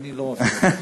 אני לא מפעיל לך שעון.